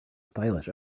stylish